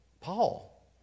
Paul